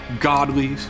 godly